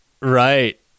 Right